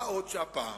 מה עוד שהפעם